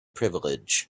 privilege